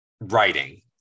writing